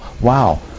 Wow